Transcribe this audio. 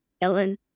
Ellen